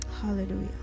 Hallelujah